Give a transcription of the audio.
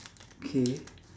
okay